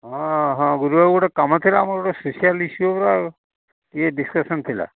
ହଁ ହଁ ବୁଲୁ ବାବୁ ଗୋଟେ କାମ ଥିଲା ମୋର ଗୋଟେ ସ୍ପେସିଆଲ୍ ଇସୁ ଆଉ ଟିକେ ଡିସ୍କସନ୍ ଥିଲା